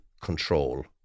control